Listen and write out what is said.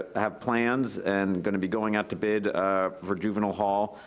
ah have plans and gonna be going out to bid for juvenile hall.